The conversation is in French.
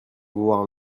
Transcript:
voir